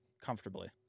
comfortably